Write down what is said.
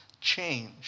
change